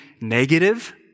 negative